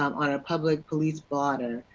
on a public police blotter.